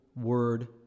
word